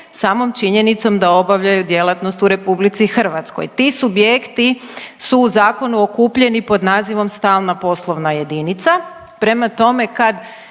samom činjenicom da obavljaju djelatnost u RH. Ti subjekti su u zakonu okupljeni pod nazivom stalna poslovna jedinica, prema tome, kad